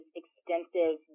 extensive